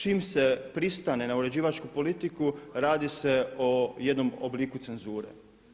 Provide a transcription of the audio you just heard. Čim se pristane na uređivačku politiku radi se o jednom obliku cenzure.